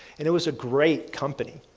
and it was a great company.